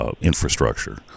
infrastructure